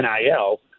NIL